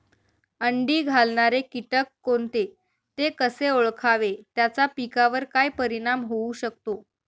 अंडी घालणारे किटक कोणते, ते कसे ओळखावे त्याचा पिकावर काय परिणाम होऊ शकतो?